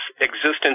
existence